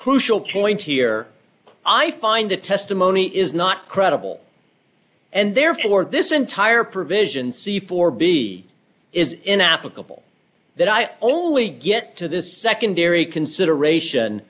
crucial point here i find the testimony is not credible and therefore this entire provision c four b is inapplicable that i only get to the secondary consideration